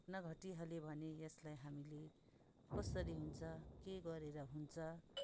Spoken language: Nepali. घटना घटिहाल्यो भने यसलाई हामीले कसरी हुन्छ के गरेर हुन्छ